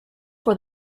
for